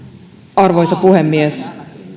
arvoisa puhemies